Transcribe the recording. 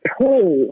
pull